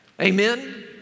Amen